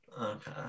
Okay